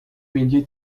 milieu